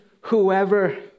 whoever